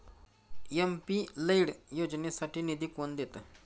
MP LAD योजनेसाठी निधी कोण देतं?